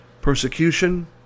persecution